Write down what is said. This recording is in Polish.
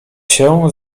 się